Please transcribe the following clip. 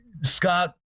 Scott